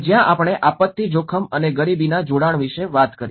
અને જ્યાં આપણે આપત્તિ જોખમ અને ગરીબીના જોડાણ વિશે વાત કરી